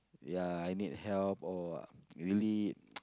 ya I need help or really